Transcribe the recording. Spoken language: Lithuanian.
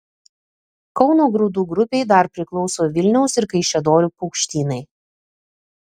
kauno grūdų grupei dar priklauso vilniaus ir kaišiadorių paukštynai